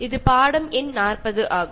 lesson number 40